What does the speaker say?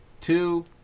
two